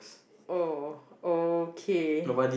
oh okay